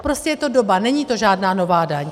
Prostě je to doba, není to žádná nová daň.